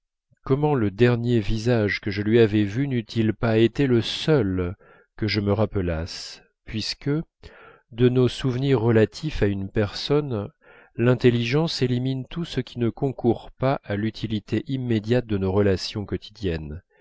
comment le dernier visage que je lui avais vu n'eût-il pas été le seul que je me rappelasse puisque de nos souvenirs relatifs à une personne l'intelligence élimine tout ce qui ne concourt pas à l'utilité immédiate de nos relations quotidiennes